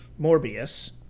Morbius